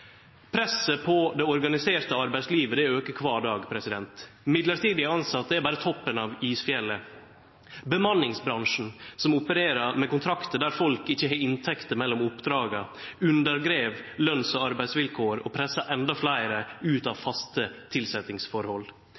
Presset på det organiserte arbeidslivet aukar kvar dag. Mellombels tilsette er berre toppen av isfjellet. Bemanningsbransjen som opererer med kontraktar der folk ikkje har inntekt mellom oppdraga, undergrev løns- og arbeidsvilkår og pressar enda fleire ut av faste tilsetjingsforhold.